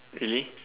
really